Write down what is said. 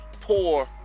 poor